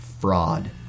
fraud